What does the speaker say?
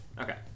Okay